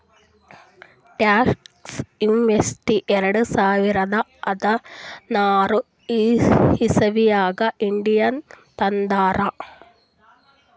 tax amnesty ಎರಡ ಸಾವಿರದ ಹದಿನಾರ್ ಇಸವಿನಾಗ್ ಇಂಡಿಯಾನಾಗ್ ತಂದಾರ್